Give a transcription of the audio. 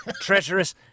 treacherous